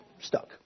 stuck